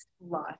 life